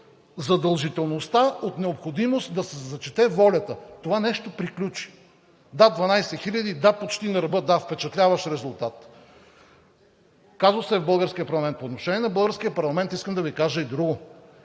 задължителността от необходимост да се зачете волята. Това нещо приключи. Да, 12 хиляди, да, почти на ръба – впечатляващ резултат. Казусът е в българския парламент. По отношение на българския парламент искам да Ви кажа и друго.